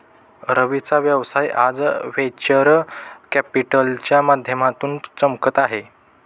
रवीचा व्यवसाय आज व्हेंचर कॅपिटलच्या माध्यमातून चमकत आहे